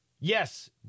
Yes